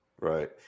Right